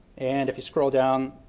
and if you scroll down,